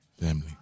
Family